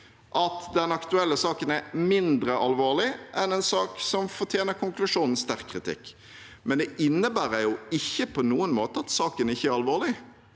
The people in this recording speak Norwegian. at den aktuelle saken er mindre alvorlig enn en sak som fortjener konklusjonen sterk kritikk, men det innebærer jo ikke på noen måte at saken ikke er alvorlig.